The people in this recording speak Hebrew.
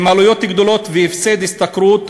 עם עלויות גדולות והפסד השתכרות,